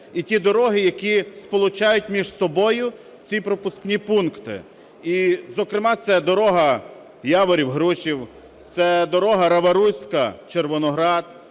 і ті дороги, які сполучають між собою ці пропускні пункти. І зокрема, це дорога Яворів – Грушів, це дорога Рава-Руська – Червоноград,